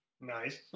Nice